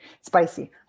spicy